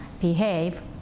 behave